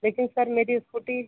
लेकिन सर मेरी स्कूटी